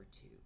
two